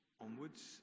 onwards